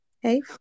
Hey